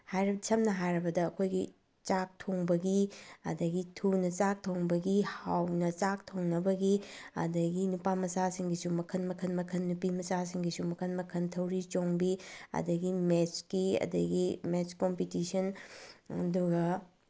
ꯁꯝꯅ ꯍꯥꯏꯔꯕꯗ ꯑꯩꯈꯣꯏꯒꯤ ꯆꯥꯛ ꯊꯣꯡꯕꯒꯤ ꯑꯗꯒꯤ ꯊꯨꯅ ꯆꯥꯛ ꯊꯣꯡꯕꯒꯤ ꯍꯥꯎꯅ ꯆꯥꯛ ꯊꯣꯡꯅꯕꯒꯤ ꯑꯗꯒꯤ ꯅꯨꯄꯥꯃꯆꯥꯁꯤꯡꯒꯤꯁꯨ ꯃꯈꯟ ꯃꯈꯟ ꯃꯈꯟ ꯅꯨꯄꯤꯃꯆꯥꯁꯤꯡꯒꯤꯁꯨ ꯃꯈꯟ ꯃꯈꯟ ꯊꯧꯔꯤ ꯆꯣꯡꯕꯤ ꯑꯗꯒꯤ ꯃꯦꯠꯁꯀꯤ ꯑꯗꯒꯤ ꯃꯦꯠꯁ ꯀꯣꯝꯄꯤꯇꯤꯁꯟ ꯑꯗꯨꯒ